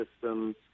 systems